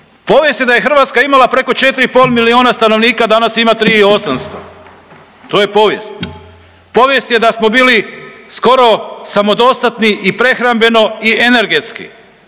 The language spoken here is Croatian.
Povijest je da je Hrvatska imala preko 4,5 milijuna stanovnika, danas ima 3 i 800, to je povijest. Povijest je da smo bili skoro samodostatni i prehrambeno i energetski,